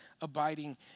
abiding